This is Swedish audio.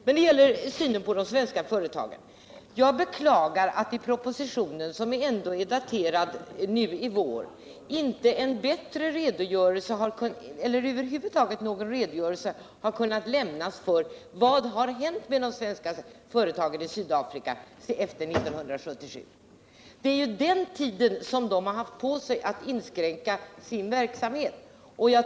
När det gäller synen på de svenska företagen beklagar jag att det i propositionen, som ändå är daterad nu i vår, över huvud taget inte har kunnat lämnas någon redogörelse för vad som hänt med de svenska företagen i Sydafrika efter år 1977. Det är ju den tiden de haft på sig att inskränka sin verksamhet.